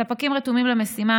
הספקים רתומים למשימה,